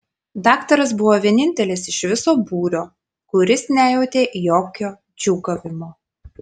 daktaras buvo vienintelis iš viso būrio kuris nejautė jokio džiūgavimo